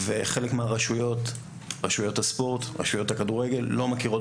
חלק מרשויות הספורט והכדורגל ולא מכירות